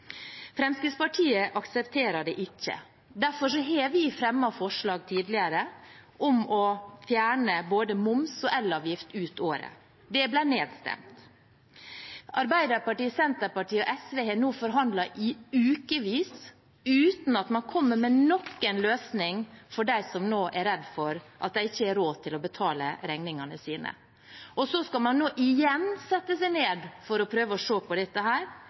Fremskrittspartiet aksepterer det ikke. Derfor har vi tidligere fremmet forslag om å fjerne både moms og elavgift ut året. Det ble nedstemt. Arbeiderpartiet, Senterpartiet og SV har nå forhandlet i ukevis, uten at man kommer med noen løsning for dem som nå er redde for at de ikke har råd til å betale regningene sine. Så skal man igjen sette seg ned for å prøve å se på dette.